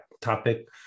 topic